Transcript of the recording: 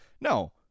no